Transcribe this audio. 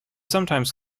sometimes